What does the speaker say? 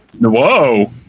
Whoa